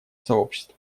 сообщества